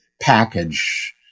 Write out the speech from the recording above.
package